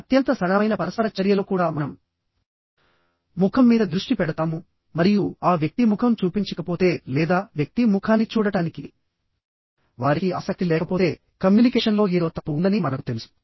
అత్యంత సరళమైన పరస్పర చర్యలో కూడా మనం ముఖం మీద దృష్టి పెడతాము మరియు ఆ వ్యక్తి ముఖం చూపించకపోతే లేదా వ్యక్తి ముఖాన్ని చూడటానికి వారికి ఆసక్తి లేకపోతే కమ్యూనికేషన్లో ఏదో తప్పు ఉందని మనకు తెలుసు